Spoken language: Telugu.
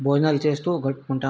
భోజనాలు చేస్తు గడుపుకుంటాము